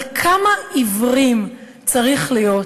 אבל כמה עיוורים צריך להיות